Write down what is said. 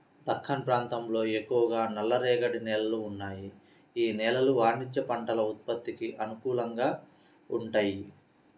దక్కన్ ప్రాంతంలో ఎక్కువగా నల్లరేగడి నేలలు ఉన్నాయి, యీ నేలలు వాణిజ్య పంటల ఉత్పత్తికి అనుకూలంగా వుంటయ్యి